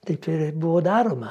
taip ir buvo daroma